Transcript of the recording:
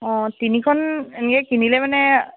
অ তিনিখন এনেকৈ কিনিলে মানে